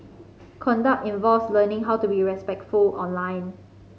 conduct involves learning how to be respectful online